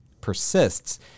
persists